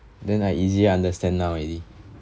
then I easy understand now already